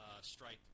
stripe